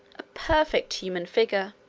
a perfect human figure